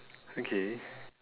okay